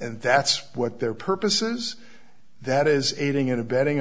and that's what their purposes that is aiding and abetting